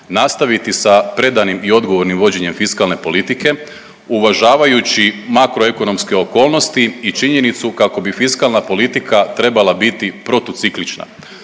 nastaviti sa predanim i odgovornim vođenjem fiskalne politike uvažavajući makroekonomske okolnosti i činjenicu kako bi fiskalna politika trebala biti protuciklična.